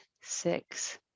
six